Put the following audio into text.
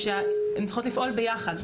והן צריכות לפעול יחד.